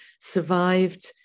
survived